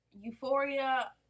Euphoria